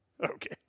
Okay